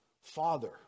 Father